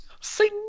Sing